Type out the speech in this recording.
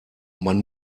man